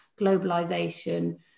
globalization